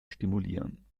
stimulieren